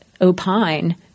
opine